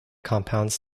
compounds